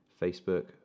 Facebook